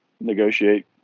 negotiate